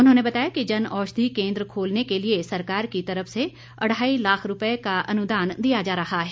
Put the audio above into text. उन्होंने बताया कि जनऔषधि केन्द्र खोलने के लिए सरकार की तरफ से अढ़ाई लाख रूपये का अनुदान दिया जा रहा है